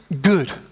good